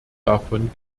davon